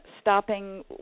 stopping